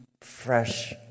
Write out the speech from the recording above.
fresh